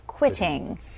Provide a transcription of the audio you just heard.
Quitting